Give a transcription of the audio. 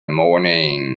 morning